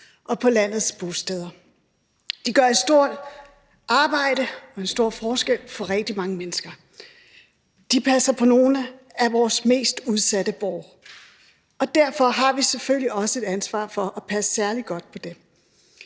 og på landets bosteder. De gør et stort arbejde og en stor forskel for rigtig mange mennesker. De passer på nogle af vores mest udsatte borgere, og derfor har vi selvfølgelig også et ansvar for at passe særlig godt på dem.